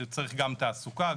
צריך גם תעסוקה,